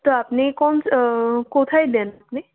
তো আপনি কোন কোথায় দেন আপনি